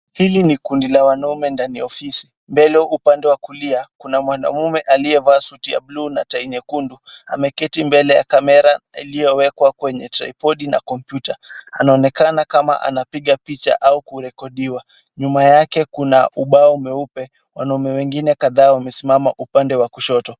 Hili ni kundi la wanaume ndani ya ofisi. Mbele upande wa kulia kuna mwanamme aliyevaa suti ya blue na tai nyekundu. Ameketi mbele ya kamera iliyowekwa kwenye tripodi na kompyuta. Anaonekana kama anapiga picha au kurekodiwa. Nyuma yake kuna ubao mweupe. Wanaume wengine kadhaa wamesimama upande wa kushoto.